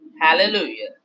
Hallelujah